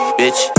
bitch